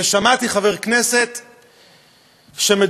ושמעתי חבר כנסת שמדבר,